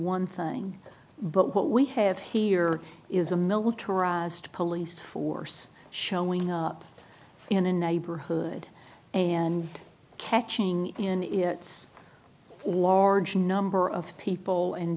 one thing but what we have here is a militarized police force showing up in a neighborhood and catching in its large number of people and